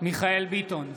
מיכאל מרדכי ביטון,